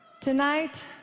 Tonight